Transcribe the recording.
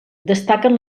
destaquen